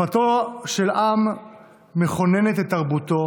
שפתו של עם מכוננת את תרבותו,